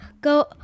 go